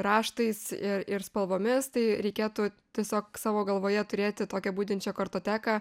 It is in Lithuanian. raštais ir ir spalvomis tai reikėtų tiesiog savo galvoje turėti tokią budinčią kartoteką